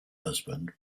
husband